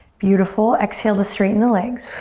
beautiful, exhale to straighten the legs.